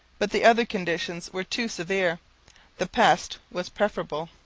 but the other conditions were too severe the pest was preferable.